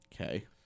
okay